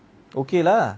okay lah